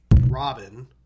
Robin